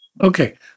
Okay